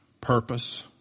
purpose